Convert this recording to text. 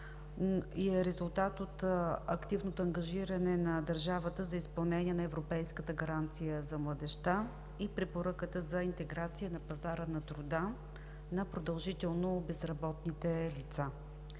и е резултат от активното ангажиране на държавата за изпълнение на европейската Гаранция за младежта и препоръката за интеграция на пазара на труда на продължително безработните лица.